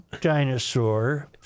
dinosaur